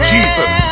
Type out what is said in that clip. Jesus